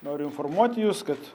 noriu informuoti jus kad